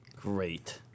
Great